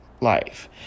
life